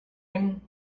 ring